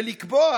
ולקבוע,